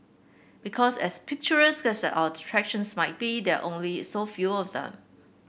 because as picturesque our attractions might be there only so few of them